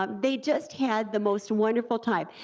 but they just had the most wonderful time.